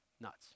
nuts